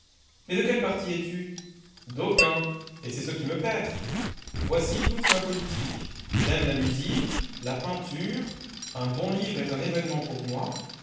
mais de quel parti es-tu d'aucun et c'est ce qui me perd voici toute ma politique j'aime la musique la peinture un bon livre est un événement pour moi